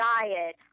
diet